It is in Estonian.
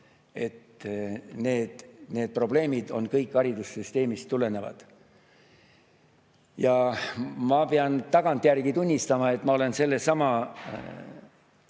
et need probleemid on kõik haridussüsteemist tulenevad. Ma pean tagantjärele tunnistama, et ma olen siinsamas